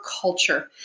culture